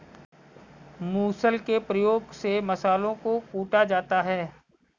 मुसल के प्रयोग से मसालों को कूटा जाता है